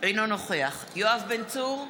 אינו נוכח יואב בן צור,